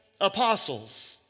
apostles